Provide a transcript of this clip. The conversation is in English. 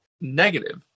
negative